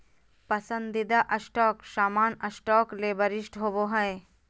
पसंदीदा स्टॉक सामान्य स्टॉक ले वरिष्ठ होबो हइ